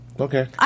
Okay